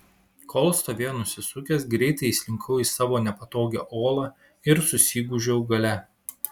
kol stovėjo nusisukęs greitai įslinkau į savo nepatogią olą ir susigūžiau gale